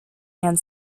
hand